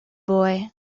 boy